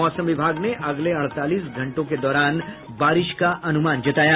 मौसम विभाग ने अगले अड़तालीस घंटों के दौरान बारिश का अनुमान जताया